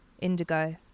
indigo